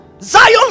Zion